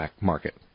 market